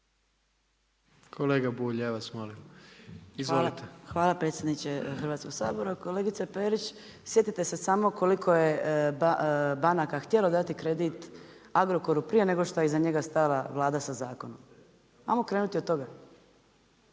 Ivana (MOST)** Hvala predsjedniče Hrvatskog sabora. Kolegice Perić, sjetite se samo koliko je banaka htjelo dati kredit Agrokoru prije nego što je iza njega stajala Vlada sa zakonom. Ajmo krenuti od toga.